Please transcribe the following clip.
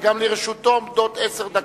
וגם לרשותו עומדות עשר דקות.